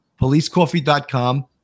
policecoffee.com